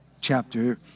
chapter